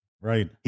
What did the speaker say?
Right